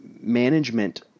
management